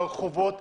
ברחובות,